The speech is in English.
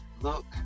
look